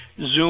zoom